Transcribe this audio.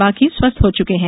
बाकी स्वस्थ हो चुके हैं